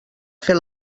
fer